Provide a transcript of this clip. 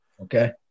Okay